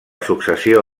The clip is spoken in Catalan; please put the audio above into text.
successió